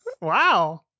Wow